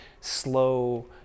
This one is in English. slow